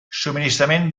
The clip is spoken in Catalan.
subministrament